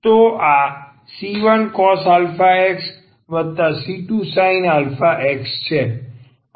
તો આ c1cos ax c2sin ax છે